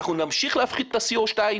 אנחנו נמשיך להפחית את ה-Co2.